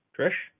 Trish